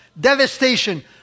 devastation